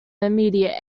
immediate